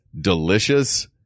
delicious